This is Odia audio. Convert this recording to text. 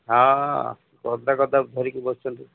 ହଁ ଗଦାଫଦା ଧରିକି ବସିଛନ୍ତି